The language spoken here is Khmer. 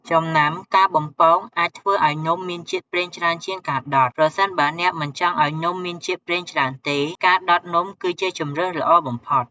ចំណាំ ការបំពងអាចធ្វើឱ្យនំមានជាតិប្រេងច្រើនជាងការដុត ប្រសិនបើអ្នកមិនចង់ឱ្យនំមានជាតិប្រេងច្រើនទេ ការដុតនំគឺជាជម្រើសល្អបំផុត។